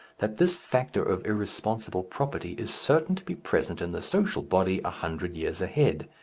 that this factor of irresponsible property is certain to be present in the social body a hundred years ahead.